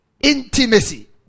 Intimacy